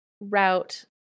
route